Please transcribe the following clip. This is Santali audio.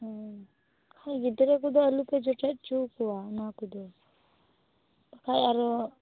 ᱦᱩᱸ ᱦᱳᱭ ᱜᱤᱫᱽᱨᱟ ᱠᱚᱫᱚ ᱟᱞᱳᱯᱮ ᱡᱚᱴᱮᱫ ᱦᱚᱪᱚ ᱟᱠᱚᱣᱟ ᱚᱱᱟ ᱠᱚᱫᱚ ᱵᱟᱠᱷᱟᱱ ᱟᱨᱚ